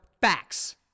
facts